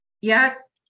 Yes